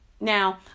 Now